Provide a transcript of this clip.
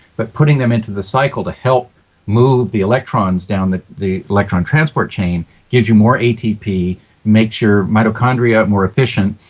but putting them into the cycle to help move the electrons down the the electron transport chain gives you more atp. it makes your mitochondria more efficient.